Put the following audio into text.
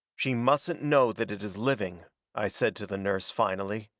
she mustn't know that it is living i said to the nurse, finally,